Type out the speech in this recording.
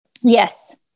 Yes